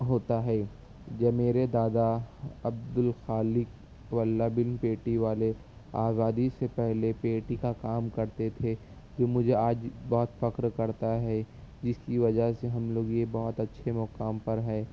ہوتا ہے جو میرے دادا عبد الخالق واللہ بن پیٹی والے آزادی سے پہلے پیٹی کا کام کرتے تھے جو مجھے آج بہت فخر کرتا ہے جس کی وجہ سے ہم لوگ یہ بہت اچھے مقام پر ہیں